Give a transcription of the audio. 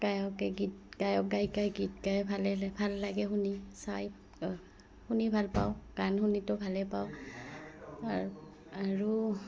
গায়কে গীত গায়ক গায়িকাই গীত গাই ভালে ভাল লাগে শুনি চাই শুনি ভাল পাওঁ গান শুনিতো ভালেই পাওঁ আৰু আৰু